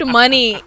money